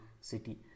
city